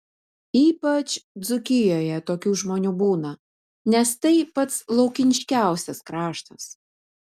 ypač dzūkijoje tokių žmonių būna nes tai pats laukiniškiausias kraštas